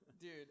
dude